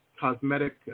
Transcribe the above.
cosmetic